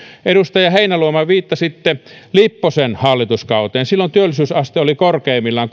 edustaja heinäluoma viittasitte lipposen hallituskauteen silloin työllisyysaste oli korkeimmillaan